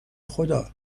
خدا